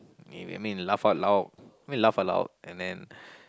I mean laugh out loud mean laugh a loud and then